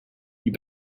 you